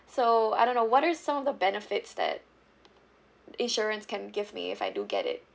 so I don't know what are some of the benefits that insurance can give me if I do get it